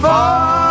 Far